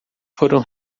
foram